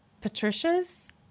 Patricia's